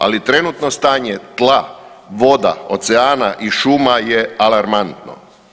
Ali trenutno stanje tla, voda, oceana i šuma je alarmantno.